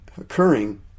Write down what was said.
occurring